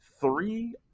three